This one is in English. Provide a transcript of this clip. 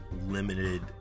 limited